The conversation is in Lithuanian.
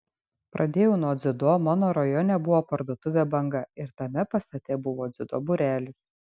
pradėjau nuo dziudo mano rajone buvo parduotuvė banga ir tame pastate buvo dziudo būrelis